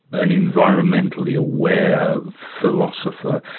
an environmentally aware philosopher,